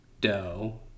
Dough